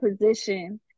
position